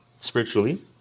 spiritually